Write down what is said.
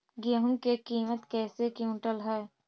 गेहू के किमत कैसे क्विंटल है?